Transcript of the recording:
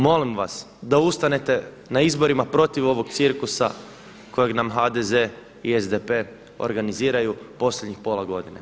Molim vas da ustanete na izborima protiv ovog cirkusa kojeg nam HDZ i SDP organiziraju posljednjih pola godine.